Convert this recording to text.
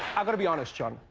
i've got to be honest, jon.